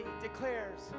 declares